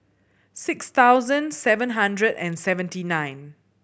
six thousand seven hundred and seventy nine